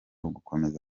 gukomeza